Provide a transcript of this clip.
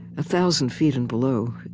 a thousand feet and below,